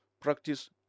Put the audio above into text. Practice